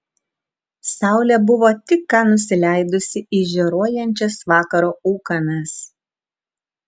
saulė buvo tik ką nusileidusi į žioruojančias vakaro ūkanas